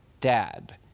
Dad